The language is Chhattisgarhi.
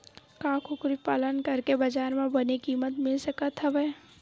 का कुकरी पालन करके बजार म बने किमत मिल सकत हवय?